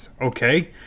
Okay